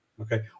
Okay